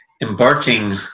embarking